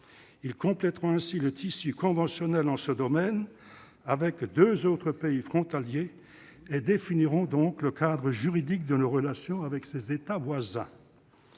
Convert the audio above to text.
Ils compléteront ainsi le tissu conventionnel en ce domaine avec deux autres pays frontaliers et définiront le cadre juridique de nos relations avec ces États voisins.